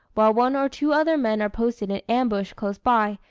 while one or two other men are posted in ambush close by,